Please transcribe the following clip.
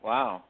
Wow